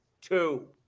two